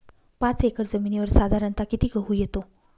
पाच एकर जमिनीवर साधारणत: किती गहू येतो?